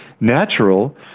natural